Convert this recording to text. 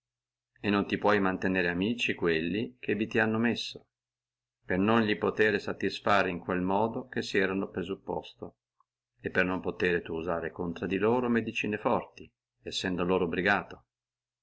e non ti puoi mantenere amici quelli che vi ti hanno messo per non li potere satisfare in quel modo che si erano presupposto e per non potere tu usare contro di loro medicine forti sendo loro obligato